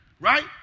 right